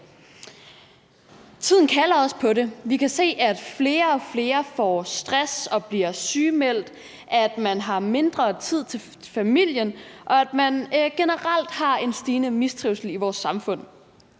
Tiden kalder også på det. Vi kan se, at flere og flere får stress og bliver sygemeldt, at man har mindre tid til familien, og at der generelt er en stigende mistrivsel i vores samfund.